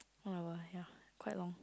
one hour ya quite long